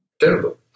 Terrible